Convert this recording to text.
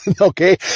Okay